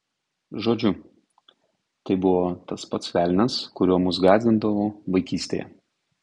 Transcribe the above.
žodžiu tai buvo tas pats velnias kuriuo mus gąsdindavo vaikystėje